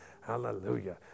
Hallelujah